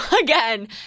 again